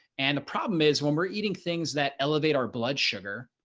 and the problem is when we're eating things that elevate our blood sugar,